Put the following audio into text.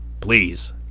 Please